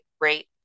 great